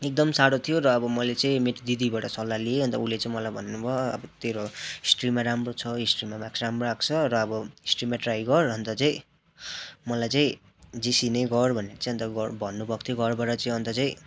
एकदम साह्रो थियो र अब मैले चाहिँ मेरो दिदीबाट सल्लाह लिएँ अन्त उसले चाहिँ मलाई भन्नुभयो अब तेरो हिस्ट्रीमा राम्रो छ हिस्ट्रीमा मार्क्स राम्रो आएको छ र अब हिस्ट्रीमा ट्राई गर अन्त चाहिँ मलाई चाहिँ जिसी नै गर भनेर चाहिँ अन्त भन्नुभएको थियो घरबाट चाहिँ अन्त चाहिँ